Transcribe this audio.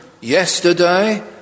yesterday